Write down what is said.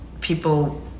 people